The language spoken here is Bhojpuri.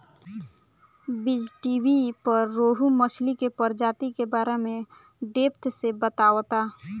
बीज़टीवी पर रोहु मछली के प्रजाति के बारे में डेप्थ से बतावता